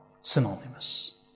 synonymous